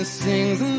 sings